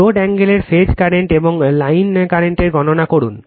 load অ্যাঙ্গেলের phase current এবং line current গণনা করুন